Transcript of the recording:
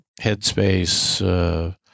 Headspace